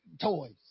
toys